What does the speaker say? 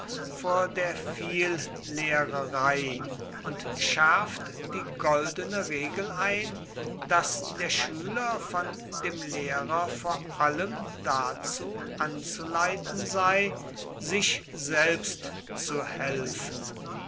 vor der viellehrerei und schärft die goldene regel ein daß der schüler von dem lehrer vor allem dazu anzuleiten sei sich selbst zu helfen